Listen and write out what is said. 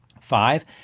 Five